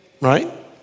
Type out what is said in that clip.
right